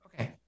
okay